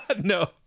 No